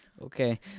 Okay